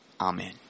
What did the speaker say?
Amen